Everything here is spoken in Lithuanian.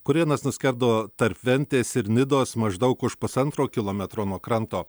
kurėnas nuskendo tarp ventės ir nidos maždaug už pusantro kilometro nuo kranto